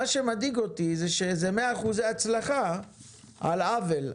מדאיג אותי שזה מאה אחוזי הצלחה על עוול.